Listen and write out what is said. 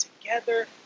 together